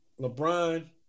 LeBron